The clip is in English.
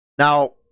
Now